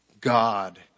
God